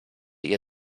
ihr